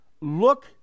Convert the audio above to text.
Look